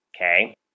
Okay